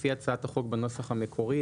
לפי הצעת החוק בנוסח המקורי,